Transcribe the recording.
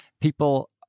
people